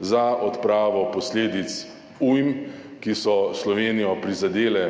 za odpravo posledic ujm, ki so Slovenijo prizadele